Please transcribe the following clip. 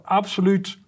absoluut